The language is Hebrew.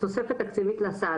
תוספת תקציבית לסל.